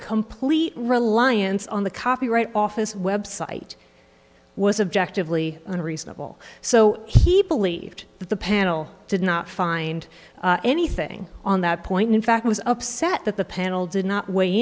complete reliance on the copyright office website was objective lee unreasonable so he believed that the panel did not find anything on that point in fact i was upset that the panel did not w